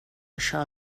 això